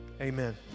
Amen